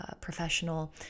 professional